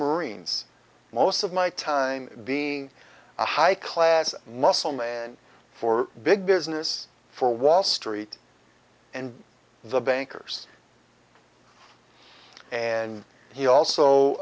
marines most of my time being a high class muscle man for big business for wall street and the bankers and he